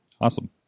Awesome